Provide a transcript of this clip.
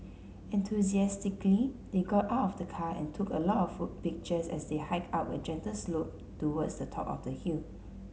enthusiastically they got out of the car and took a lot of pictures as they hiked up a gentle slope towards the top of the hill